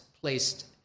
placed